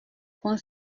qu’on